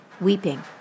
weeping